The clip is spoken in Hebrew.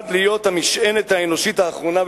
נועד להיות המשענת האנושית האחרונה,